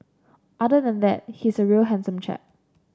other than that he's a real handsome chap